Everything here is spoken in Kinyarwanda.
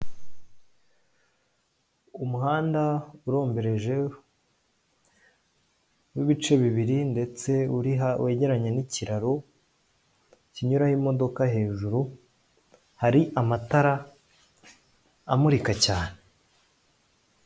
Umuhanda urombereje w'ibice bibiri ndetse wegeranye n'ikiraro kinyuraho imodoka hejuru, hari amatara amurika cyane.